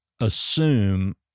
assume